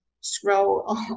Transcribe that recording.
scroll